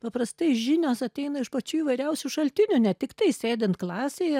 paprastai žinios ateina iš pačių įvairiausių šaltinių ne tiktai sėdint klasėje